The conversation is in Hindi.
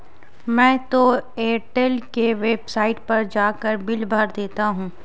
मैं तो एयरटेल के वेबसाइट पर जाकर बिल भर देता हूं